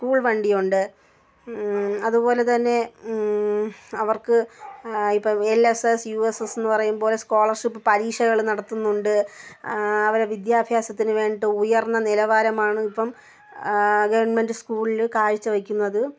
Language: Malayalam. സ്കൂൾ വണ്ടിയുണ്ട് അതുപോലെ തന്നെ അവർക്ക് ഇപ്പം L S S U S S എന്ന് പറയും പോലെ സ്കോളർഷിപ്പ് പരീക്ഷകൾ നടത്തുന്നുണ്ട് അവരെ വിദ്യാഭ്യാസത്തിന് വേണ്ടീട്ട് ഉയർന്ന നിലവാരമാണിപ്പം ഗവൺമെൻറ് സ്കൂളിലും കാഴ്ച്ച വെക്കുന്നത്